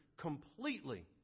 completely